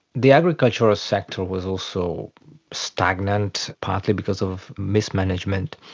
the agricultural sector was also stagnant, partly because of mismanagement.